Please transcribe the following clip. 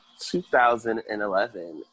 2011